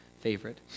favorite